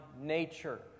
nature